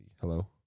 Hello